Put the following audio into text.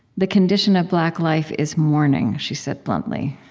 the condition of black life is mourning she said bluntly.